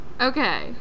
Okay